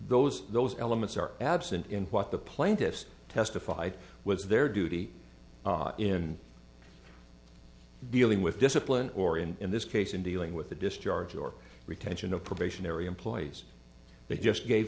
those those elements are absent in what the plaintiffs testified was their duty in dealing with discipline or in this case in dealing with the discharge or retention of probationary employees they just gave